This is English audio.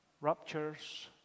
ruptures